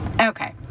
Okay